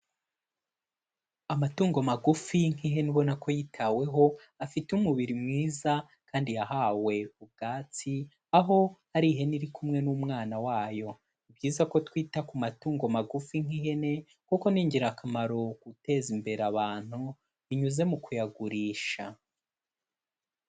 Amatungo magufi nk'ihene ubona ko yitaweho, afite umubiri mwiza kandi yahawe ubwatsi, aho hari ihene iri kumwe n'umwana wayo, ni byiza ko twita ku matungo magufi nk'ihene, kuko ni ingirakamaro guteza imbere abantu, binyuze mu kuyagurisha.